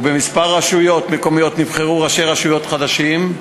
ובכמה רשויות מקומיות נבחרו ראשי רשויות חדשים,